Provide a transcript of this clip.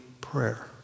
prayer